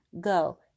go